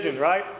right